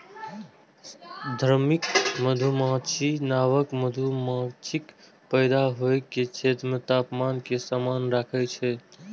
श्रमिक मधुमाछी नवका मधुमाछीक पैदा होइ के क्षेत्र मे तापमान कें समान राखै छै